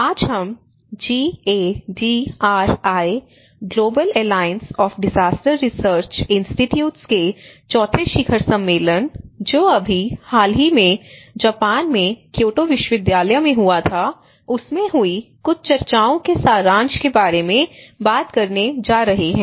आज हम GADRI global alliance of disaster research institutes के चौथे शिखर सम्मेलन जो अभी हाल ही में जापान में क्योटो विश्वविद्यालय में हुआ था उसमें हुई कुछ चर्चाओं के सारांश के बारे में बात करने जा रहे हैं